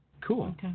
cool